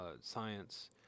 science